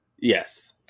Yes